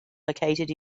located